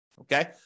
okay